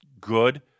good